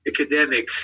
academic